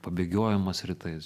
pabėgiojimas rytais